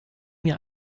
mir